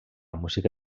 música